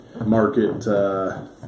Market